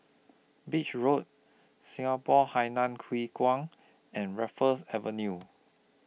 Beach Road Singapore Hainan Hwee Kuan and Raffles Avenue